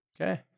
Okay